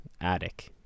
attic